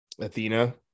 athena